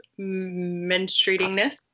menstruatingness